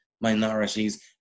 minorities